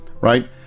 right